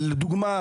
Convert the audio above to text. לדוגמה,